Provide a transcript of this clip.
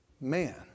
man